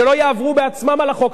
שלא יעברו בעצמם על החוק.